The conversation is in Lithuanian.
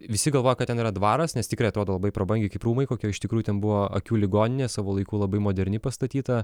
visi galvoja kad ten yra dvaras nes tikrai atrodo labai prabangiai kaip rūmai kokie o iš tikrųjų ten buvo akių ligoninė laiku labai moderni pastatyta